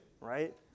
Right